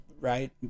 right